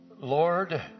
Lord